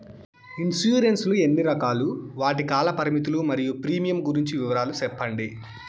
Insurance లు ఎన్ని రకాలు? వాటి కాల పరిమితులు మరియు ప్రీమియం గురించి వివరాలు సెప్పండి?